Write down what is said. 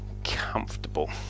Comfortable